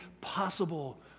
possible